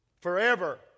Forever